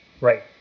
Right